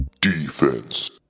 Defense